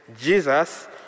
Jesus